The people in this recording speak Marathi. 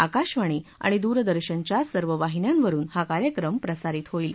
आकाशवाणी आणि दूरदर्शनच्या सर्व वाहिन्यावरुन हा कार्यक्रम प्रसारित होईल